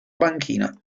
banchina